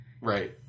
Right